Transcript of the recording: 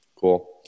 Cool